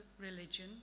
religion